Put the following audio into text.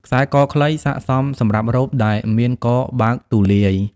ខ្សែកខ្លី ស័ក្តិសមសម្រាប់រ៉ូបដែលមានកបើកទូលាយ។